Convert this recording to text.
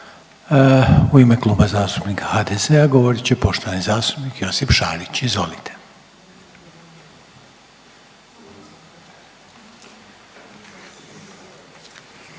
U ime Kluba zastupnika HDZ-a govorit će poštovani zastupnik Josip Šarić, izvolite.